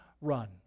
run